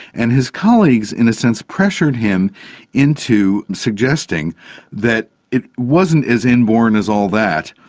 and his colleagues in a sense pressured him into suggesting that it wasn't as inborn as all that,